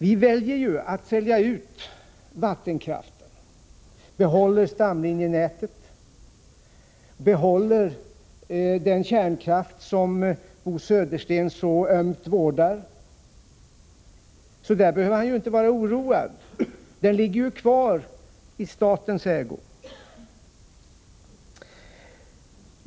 Vi väljer att sälja ut vattenkraften, men vi behåller stamlinjenätet och den kärnkraft som Bo Södersten så ömt vårdar. På den punkten behöver han således inte vara oroad. Den skall ligga kvar i statens ägo.